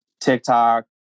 TikTok